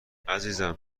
عزیزم